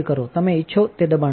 તમે ઇચ્છો તે દબાણ સુધી